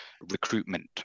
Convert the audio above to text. recruitment